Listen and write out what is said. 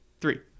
Three